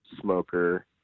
smoker